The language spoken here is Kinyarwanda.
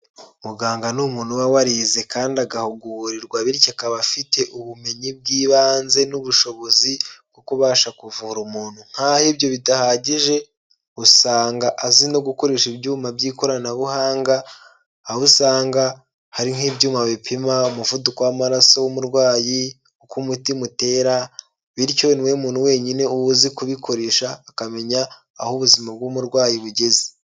Muganga ni umuntu uba warize kandi agahugurirwa bityo akaba afite ubumenyi bw'ibanze n'ubushobozi bwo kubasha kuvura umuntu nk'aho ibyo bidahagije usanga azi no gukoresha ibyuma by'ikoranabuhanga, aho usanga hari nk'ibyuma bipima umuvuduko w'amaraso w'umurwayi, uko umutima utera bityo niwe muntu wenyine uba uzi kubikoresha akamenya aho ubuzima bw'umurwayi bugeze.